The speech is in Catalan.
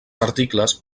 articles